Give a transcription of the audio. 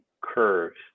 curves